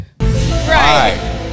Right